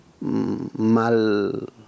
mal